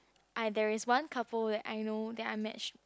there is one couple that I know that I match